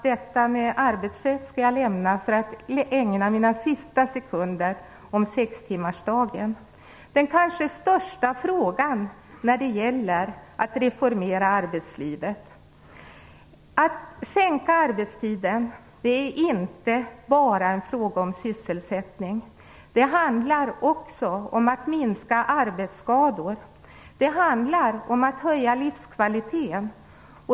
Jag skall lämna frågan om arbetsrätt för att ägna de sista sekunderna till sextimmarsdagen, den kanske största frågan när det gäller att reformera arbetslivet. Att sänka arbetstiden är inte bara en fråga om sysselsättning. Det handlar också om att minska arbetsskador. Det handlar om att höja livskvalitet.